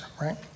right